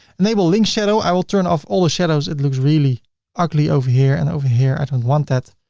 enable link shadow. i will turn off all the shadows, it looks really ugly over here, and over here. i don't want that.